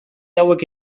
hauek